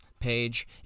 page